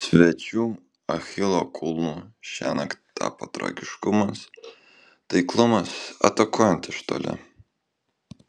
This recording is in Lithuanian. svečių achilo kulnu šiąnakt tapo tragiškumas taiklumas atakuojant iš toli